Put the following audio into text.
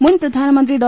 മുൻപ്രധാനമന്ത്രി ഡോ